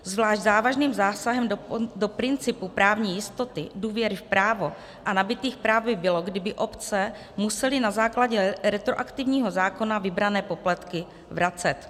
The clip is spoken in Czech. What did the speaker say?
Zvlášť závažným zásahem do principu právní jistoty a důvěry v právo a nabytých práv by bylo, kdyby obce musely na základě retroaktivního zákona vybrané poplatky vracet.